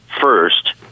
first